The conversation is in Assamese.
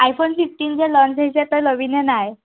আইফোন ফিফটিন যে ল'ঞ্চ হৈছে তই ল'বিনে নাই